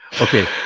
Okay